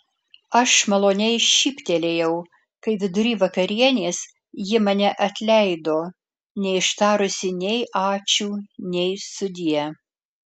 aš maloniai šyptelėjau kai vidury vakarienės ji mane atleido neištarusi nei ačiū nei sudie